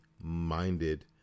minded